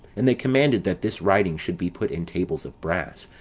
and they commanded that this writing should be put in tables of brass,